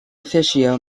officio